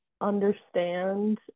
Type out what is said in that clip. understand